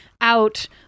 out